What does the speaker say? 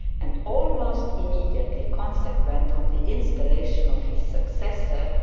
and almost immediately consequent on the installation of his successor,